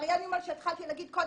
אריאל ניומן שדברתי עליו קודם,